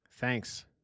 Thanks